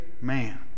man